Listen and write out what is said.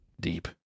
deep